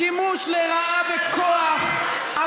שימוש לרעה בכוח, יש דרכים.